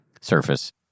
surface